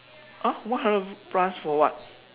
!huh! one hundred plus for what